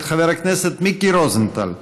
מאת חבר הכנסת מיקי רוזנטל.